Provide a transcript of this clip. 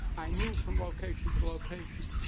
i moved from location to location.